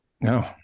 No